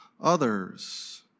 others